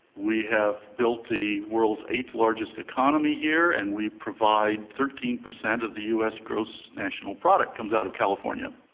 we have built the world's eighth largest economy here and we provide thirteen percent of the us gross national product comes out of california.